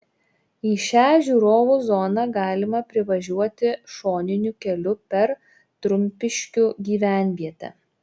į šią žiūrovų zoną galima privažiuoti šoniniu keliu per trumpiškių gyvenvietę